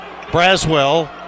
Braswell